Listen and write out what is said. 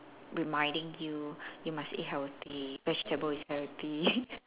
reminding you you must eat healthy vegetable is everything